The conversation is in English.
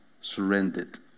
Surrendered